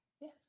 Yes